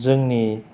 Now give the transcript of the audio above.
जोंनि